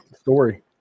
story